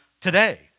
today